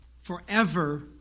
forever